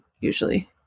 usually